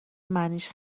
معنیش